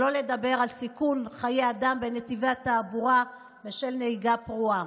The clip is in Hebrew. שלא לדבר על סיכון חיי אדם בנתיבי התעבורה בשל נהיגה פרועה.